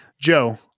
Joe